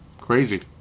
crazy